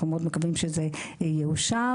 אנחנו מאוד מקווים שזה יאושר,